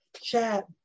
chat